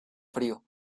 frío